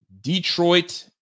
Detroit